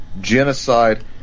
genocide